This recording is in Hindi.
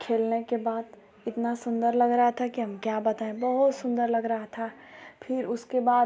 खेलने के बाद इतना सुंदर लग रहा था कि हम क्या बताएँ बहुत सुंदर लग रहा था फिर उसके बाद